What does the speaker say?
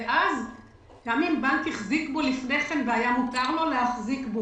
ואז לבנק אסור להחזיק בו